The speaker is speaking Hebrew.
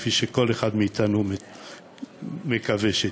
כפי שכל אחד מאתנו מקווה שתהיה.